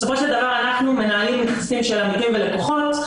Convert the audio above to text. בסופו של דבר אנחנו מנהלים יחסים של עמיתים ולקוחות,